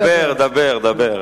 דבר, דבר,